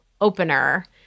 opener